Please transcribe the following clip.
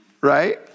right